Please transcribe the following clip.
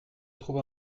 trouve